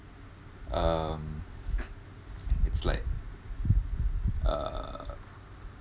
um it's like uh